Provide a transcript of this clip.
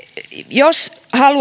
jos